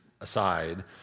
aside